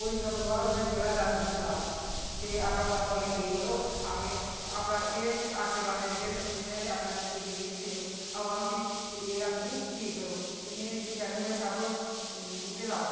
होई जंदा बरबाद ते ओह्दी जगह दस्स बूह्टे लाओ ते अपना वलातावरण ठीक करो ते अपनी एह् आस्सै पास्सै जेह्ड़ा एरिया इसगी सेफ हवा होंदी ते एह् अपनी ठीक करो ते में ते इ'यै चाह्न्नीं कि सब बूह्टे लाओ